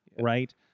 right